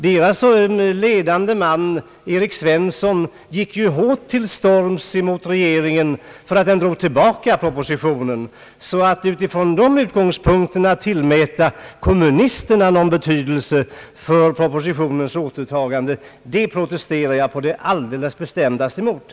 Den ledande mannen inom denna rörelse, herr Erik Svensson, gick ju hårt till storms mot regeringen för att den drog tillbaka propositionen. Att från dessa utgångspunkter tillmäta kommunisterna någon betydelse för propositionens återtagande, protesterar jag på det allra bestämdaste mot.